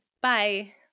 Bye